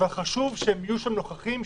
אבל חשוב שהם יהיו שם נוכחים,